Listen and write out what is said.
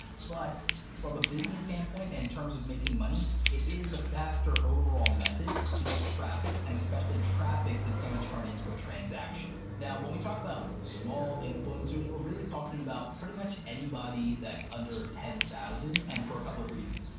but from a business standpoint and in terms of making money, it is the faster overall method to get traffic, and especially traffic that's gonna turn into a transaction. now when we talk about small influencers, we're really talking about pretty much anybody that's under ten thousand, and for a couple of reasons.